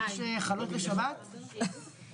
יש לכם פה נציגים שאני לא רואה בהם אויבים,